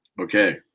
Okay